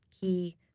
key